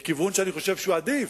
לכיוון שאני חושב שהוא עדיף,